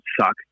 suck